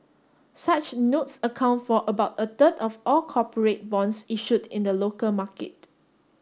such notes account for about a third of all corporate bonds issued in the look market